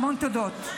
המון תודות.